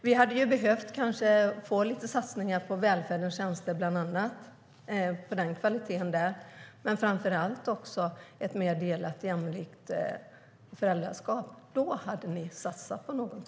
Vi hade behövt satsningar på välfärd och tjänster och framför allt ett mer jämlikt delat föräldraskap. Då hade ni satsat på något.